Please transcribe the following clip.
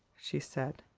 she said.